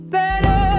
better